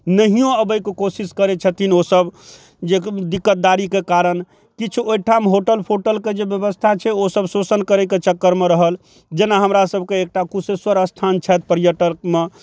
नहियो अबैकऽ कोशिश करै छथिन ओसब जे दिक्कतदारीके कारण किछु ओइठाम होटल फोटलके जे व्यवस्था छै ओसब शोषण करैके चक्करमे रहल जेना हमरा सबके एकटा कुशेश्वर स्थान छथि पर्यटकमे